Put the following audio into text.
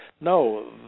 no